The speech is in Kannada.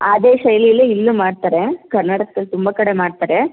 ಅದೇ ಶೈಲಿಯಲ್ಲಿ ಇಲ್ಲೂ ಮಾಡ್ತಾರೆ ಕರ್ನಾಟಕ್ದಲ್ಲಿ ತುಂಬ ಕಡೆ ಮಾಡ್ತಾರೆ